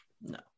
no